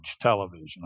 television